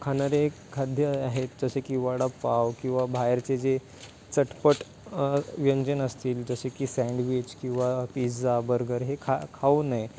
खाणारे खाद्य आहेत जसे की वडापाव किंवा बाहेरचे जे चटपट व्यंजन असतील जसे की सँडविच किंवा पिझ्झा बर्गर हे खा खाऊ नये